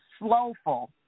slowful